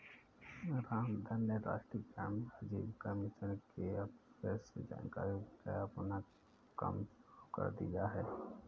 रामधन ने राष्ट्रीय ग्रामीण आजीविका मिशन के अफसर से जानकारी लेकर अपना कम शुरू कर दिया है